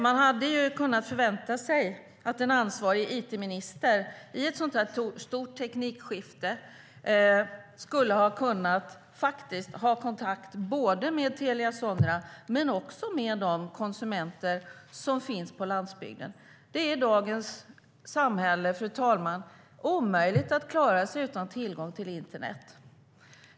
Man hade kunnat förvänta sig att en ansvarig it-minister i ett sådant stort teknikskifte skulle ha kunnat ha kontakt med både Telia Sonera och också de konsumenter som finns på landsbygden. Fru talman! Det är i dagens samhälle omöjligt att klara sig utan tillgång till internet.